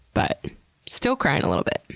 but still crying a little bit.